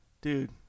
Dude